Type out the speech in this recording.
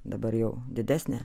dabar jau didesnę